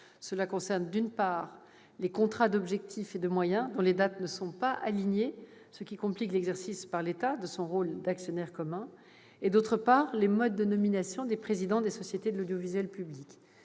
Cela concerne, d'une part, les contrats d'objectifs et de moyens, dont les dates ne sont pas alignées, ce qui complique l'exercice par l'État de son rôle d'actionnaire commun, et, d'autre part, les modes de nomination des présidents des sociétés de l'audiovisuel public.